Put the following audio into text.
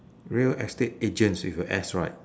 real estate agents with a S right